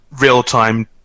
real-time